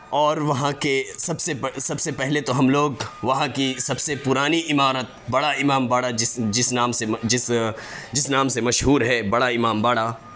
اور وہاں کے سب سے سب سے پہلے تو ہم لوگ وہاں کی سب سے پرانی عمارت بڑا امام باڑہ جس جس نام سے جس جس نام سے مشہور ہے بڑا امام باڑہ